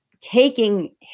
taking